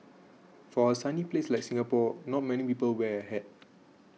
for a sunny place like Singapore not many people wear a hat